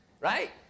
right